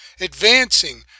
advancing